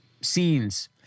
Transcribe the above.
scenes